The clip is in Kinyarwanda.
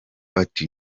ati